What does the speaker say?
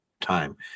time